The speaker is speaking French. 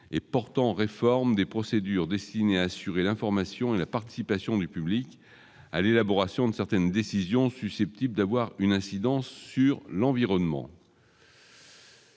et portant réforme des procédures destinées à assurer l'information et la participation du public à l'élaboration de certaines décisions susceptibles d'avoir une incidence sur l'environnement.